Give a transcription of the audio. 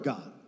God